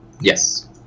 Yes